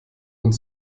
und